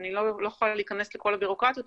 אני לא יכולה להיכנס לכל הבירוקרטיות,